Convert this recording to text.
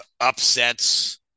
upsets